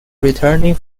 returning